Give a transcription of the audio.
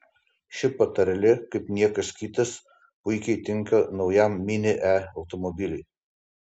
ši patarlė kaip niekas kitas puikiai tinka naujam mini e automobiliui